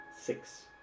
six